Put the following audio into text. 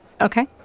Okay